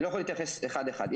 אני לא יכול להתייחס אחד אחד.